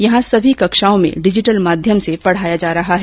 यहॉ सभी कक्षाओं में डिजिटल माध्यम से पढाया जा रहा है